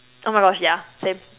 oh my gosh yeah same